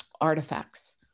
artifacts